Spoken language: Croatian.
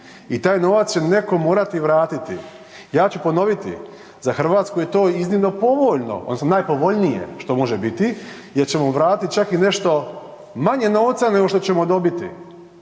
i taj novac će neko morati vratiti. Ja ću ponoviti, za RH je to iznimno povoljno odnosno najpovoljnije što može biti jer ćemo vratit čak i nešto manje novca nego što ćemo dobiti,